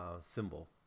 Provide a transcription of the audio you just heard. symbol